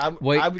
Wait